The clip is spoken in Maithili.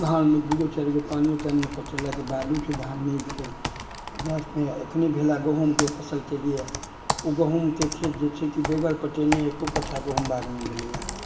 धानमे दूगो चारि गो पानिओ तानिओ पटेलाके बादमे फेर धान नहि भेल अपनामे एखने भेल हेँ गहुँमके फसल केलियै ओ गहुँमके खेत जे छै के बगैर पटेने एको कट्ठा गहुँम बाग नहि भेलैए